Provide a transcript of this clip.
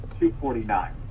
249